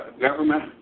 government